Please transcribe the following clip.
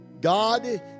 God